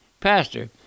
Pastor